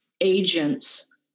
agents